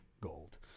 gold